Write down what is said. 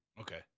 Okay